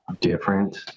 different